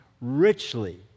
richly